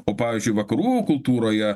o pavyzdžiui vakarų kultūroje